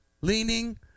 leaning